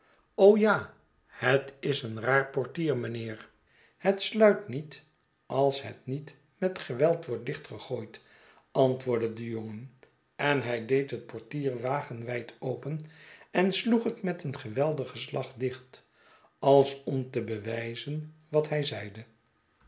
ja het is een raar portier meneer het sluit niet als het niet met geweld wordt dichtgegooid antwoordde de jongen en hij deed het portier wagewijd open en sloeg het met een geweldigen slag dicht als om te bewijzen wat hij zeide